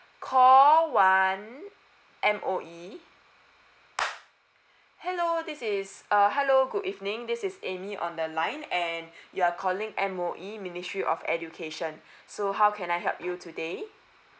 call one M_O_E hello this is err hello good evening this is amy on the line and you are calling M_O_E ministry of education so how can I help you today